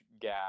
gap